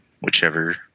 whichever